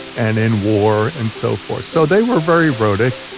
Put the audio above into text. and in war, and so forth. so they were very rhotic,